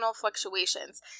fluctuations